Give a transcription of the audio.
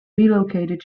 relocated